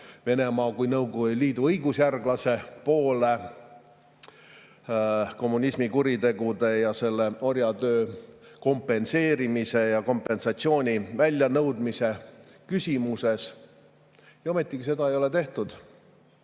Venemaa kui Nõukogude Liidu õigusjärglase poole kommunismi kuritegude ja selle orjatöö kompenseerimise ja kompensatsiooni väljanõudmise küsimuses. Ja ometigi seda ei ole tehtud.